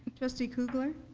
trustee kugler?